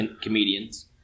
comedians